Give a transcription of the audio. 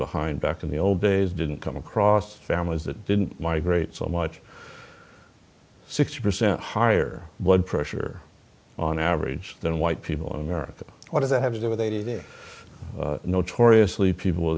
behind back in the old days didn't come across families that didn't migrate so much sixty percent higher blood pressure on average than white people in america what does that have to do with a notoriously people